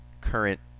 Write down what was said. current